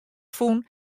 fûn